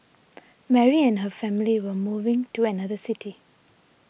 Mary and her family were moving to another city